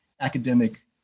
academic